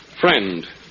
Friend